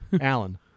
Alan